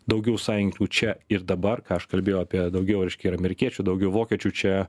daugiau sąjunkių čia ir dabar ką aš kalbėjau apie daugiau reiškia ir amerikiečių daugiau vokiečių čia